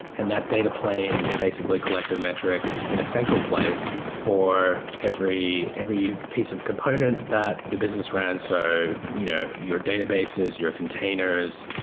and that data plane basically collected metrics in a central place for every every piece of component that the business ran so you know your databases, your containers,